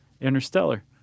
Interstellar